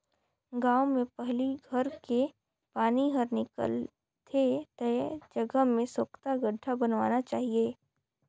गांव में पहली घर के पानी हर निकल थे ते जगह में सोख्ता गड्ढ़ा बनवाना चाहिए